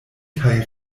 kaj